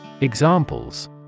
Examples